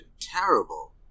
terrible